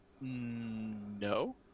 No